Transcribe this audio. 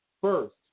First